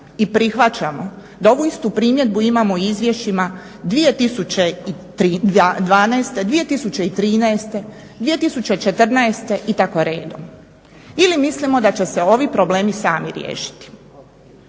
i prihvaćamo da ovu istu primjedbu imamo i u izvješćima 2012., 2013., 2014. i tako redom ili mislimo da će se ovi problemi sami riješiti.